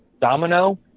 Domino